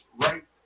right